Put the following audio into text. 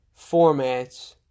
formats